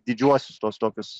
didžiuosius tuos tokius